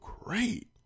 great